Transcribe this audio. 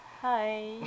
Hi